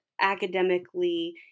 academically